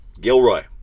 Gilroy